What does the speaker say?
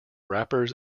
rappers